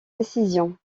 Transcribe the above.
décision